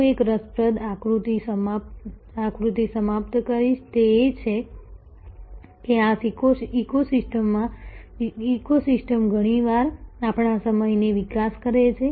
હું એક રસપ્રદ આકૃતિ સમાપ્ત કરીશ તે એ છે કે આ ઇકોસિસ્ટમ ઘણીવાર આપણા સમયનો વિકાસ કરે છે